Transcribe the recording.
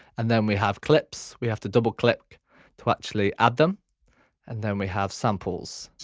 and then we have clips. we have to double click to actually add them and then we have samples.